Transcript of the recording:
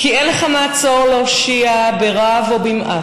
/ כי אין לך מעצור להושיע ברב או במעט.